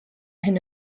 hyn